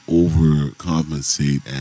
overcompensate